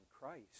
Christ